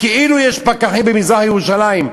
כאילו יש פקחים במזרח-ירושלים.